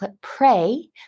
pray